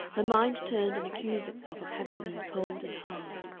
her mind turned and accused itself of having been cold and hard.